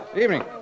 Evening